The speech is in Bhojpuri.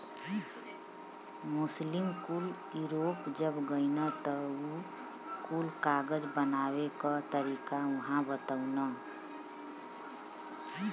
मुस्लिम कुल यूरोप जब गइलन त उ कुल कागज बनावे क तरीका उहाँ बतवलन